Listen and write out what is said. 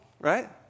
right